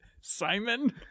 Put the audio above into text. Simon